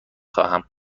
خواهم